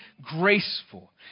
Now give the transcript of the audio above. graceful